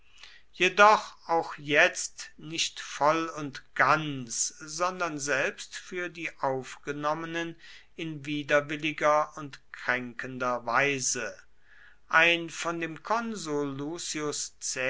jedoch auch jetzt nicht voll und ganz sondern selbst für die aufgenommenen in widerwilliger und kränkender weise ein von dem konsul